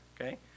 okay